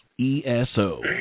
ESO